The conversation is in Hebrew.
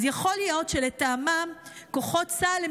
אז יכול להיות שלטעמם כוחות צה"ל הם